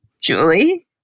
Julie